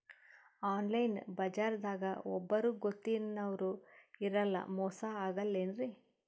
Online ಬಜಾರದಾಗ ಒಬ್ಬರೂ ಗೊತ್ತಿನವ್ರು ಇರಲ್ಲ, ಮೋಸ ಅಗಲ್ಲೆನ್ರಿ?